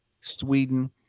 Sweden